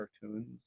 cartoons